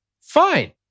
fine